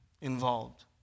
involved